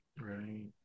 Right